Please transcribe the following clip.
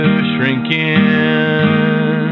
shrinking